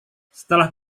setelah